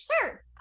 sure